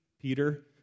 Peter